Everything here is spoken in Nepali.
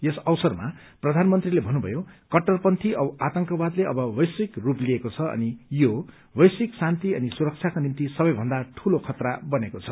यस अवसरमा प्रधानमन्त्रीले भन्नुभयो कट्टरपन्थी औ आतंकवादले अब वैश्विक रूप लिएको छ अनि यो वैश्विक शान्ति अनि सुरक्षाको निम्ति सबैभन्दा ठूलो खतरा बनेको छ